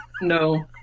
No